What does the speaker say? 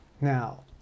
Now